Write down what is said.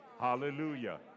Hallelujah